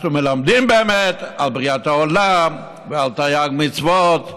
אנחנו מלמדים באמת על בריאת העולם ועל תרי"ג מצוות,